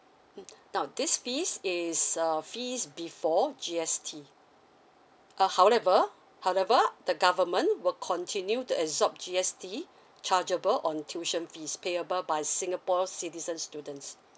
mm now this fees is err fees before G_S_T uh however however the government will continue to absorb G_S_T chargeable on tuition fees payable by singapore citizen students